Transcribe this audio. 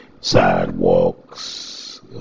sidewalks